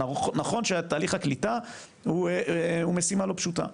נכון שתהליך הקליטה הוא משימה לא פשוטה.